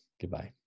Goodbye